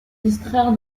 distraire